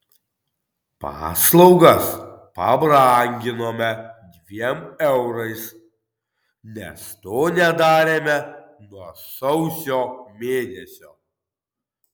paslaugas pabranginome dviem eurais nes to nedarėme nuo sausio mėnesio